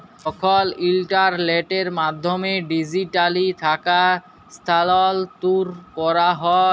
যখল ইলটারলেটের মাধ্যমে ডিজিটালি টাকা স্থালাল্তর ক্যরা হ্যয়